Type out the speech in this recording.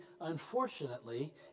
Unfortunately